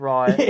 Right